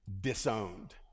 disowned